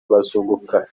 bazunguka